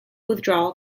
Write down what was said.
withdrawal